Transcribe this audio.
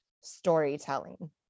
storytelling